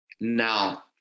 Now